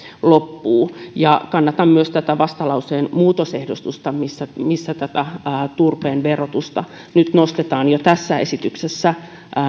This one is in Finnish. loppuu kannatan myös tätä vastalauseen muutosehdotusta missä missä turpeen verotusta nostetaan jo nyt tässä esityksessä